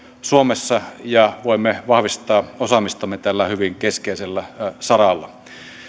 suomessa ja voimme vahvistaa osaamistamme tällä hyvin keskeisellä saralla